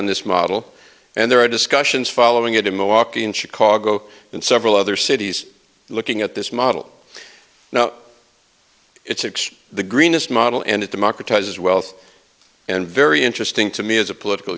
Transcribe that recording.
on this model and there are discussions following it in milwaukee and chicago and several other cities looking at this model now it's six the greenest model and it democratizes wealth and very interesting to me as a political